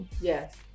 yes